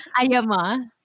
Ayama